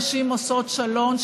נשים עושות שלום,